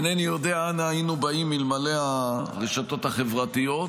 אינני יודע אנא היינו באים אלמלא הרשתות החברתיות,